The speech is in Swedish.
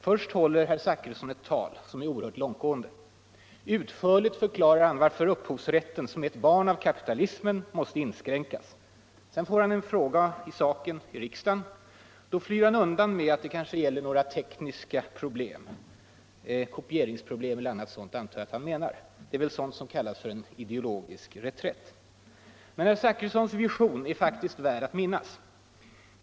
Först håller herr Zachrisson ett tal som är oerhört långtgående. Utförligt förklarar han varför upphovsrätten, som är ett barn av kapitalismen, måste inskränkas. Sedan får han en fråga i saken i riksdagen. Då flyr han undan med att det gäller några tekniska svårigheter — kopieringsproblem 0. d. antar jag att han menar. Det är väl sådant som kallas för en ideologisk reträtt. Men herr Zachrissons vision är faktiskt värd att minnas.